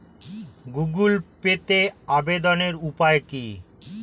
Google পেতে আবেদনের উপায় কি?